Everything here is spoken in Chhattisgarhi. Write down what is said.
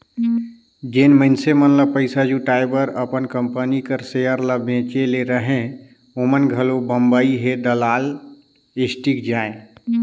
जेन मइनसे मन ल पइसा जुटाए बर अपन कंपनी कर सेयर ल बेंचे ले रहें ओमन घलो बंबई हे दलाल स्टीक जाएं